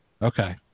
Okay